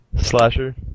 slasher